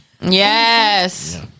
Yes